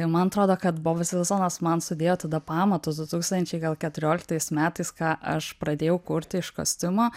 man atrodo kad bobas vilsonas man sudėjo tada pamatus du tūkstančiai gal keturioliktais metais ką aš pradėjau kurti iš kostiumo